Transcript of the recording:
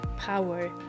power